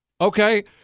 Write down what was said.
Okay